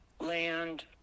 land